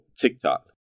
TikTok